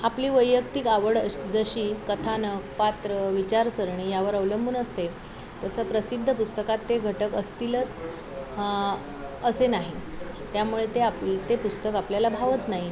आपली वैयक्तिक आवड अश् जशी कथानक पात्र विचारसरणी यांवर अवलंबून असते तसं प्रसिद्ध पुस्तकात ते घटक असतीलच असे नाही त्यामुळे ते आपल् ते पुस्तक आपल्याला भावत नाही